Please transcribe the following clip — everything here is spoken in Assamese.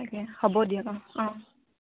তাকে হ'ব দিয়ক অঁ অঁ